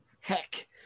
Heck